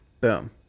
Boom